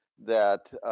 that